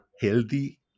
healthy